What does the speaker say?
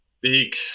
big